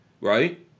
Right